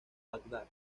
bagdad